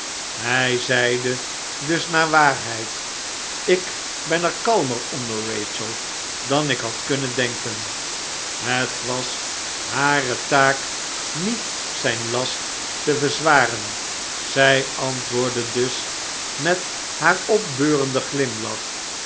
hij zeide dus naar waarheid ik ben er kalmer onder rachel dan ik had kunnen denken het was hare taak niet zijn last te verzwaren zij antwoordde dus met haar opbeurenden